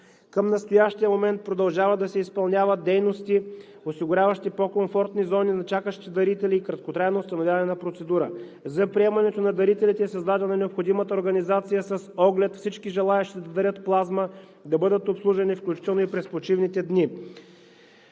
Към настоящия момент продължават да се изпълняват дейности, осигуряващи по-комфортни зони на чакащи дарители и краткотрайно установяване на процедура. За приемането на дарителите е създадена необходимата организация с оглед всички, желаещи да дарят плазма, да бъдат обслужвани, включително и през почивните дни.